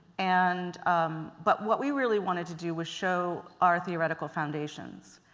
and um but what we really wanted to do, was show our theoretical foundations.